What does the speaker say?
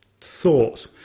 thought